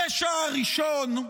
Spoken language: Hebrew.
הפשע הראשון,